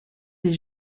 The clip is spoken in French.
des